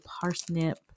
parsnip